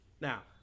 Now